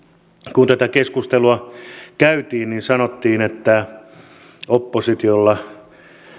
kun tätä keskustelua käytiin sanottiin että oppositiolla